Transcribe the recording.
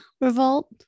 revolt